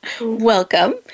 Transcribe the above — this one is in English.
Welcome